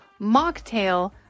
mocktail